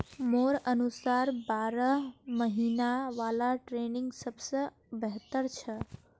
मोर अनुसार बारह महिना वाला ट्रेनिंग सबस बेहतर छ